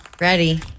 Ready